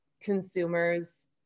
consumers